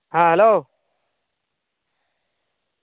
ᱦᱮᱸ ᱦᱮᱞᱳ